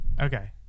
Okay